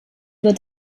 wird